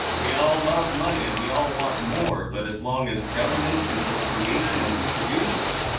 we all love money, and we all want more. but as long as governments control the creation and distribution of it,